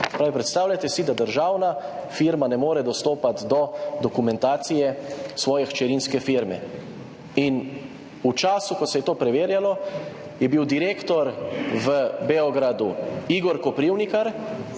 predstavljajte si, da državna firma ne more dostopati do dokumentacije svoje hčerinske firme. V času, ko se je to preverjalo, je bil direktor v Beogradu Igor Koprivnikar,